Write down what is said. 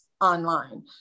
online